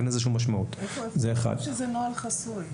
איפה כתוב שזה נוהל חסוי?